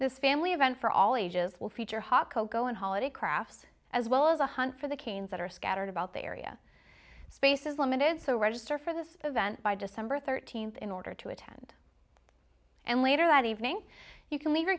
this family event for all ages will feature hot cocoa and holiday crafts as well as a hunt for the canes that are scattered about the area space is limited so register for this event by december thirteenth in order to attend and later that evening you can leave your